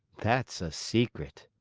that's a secret!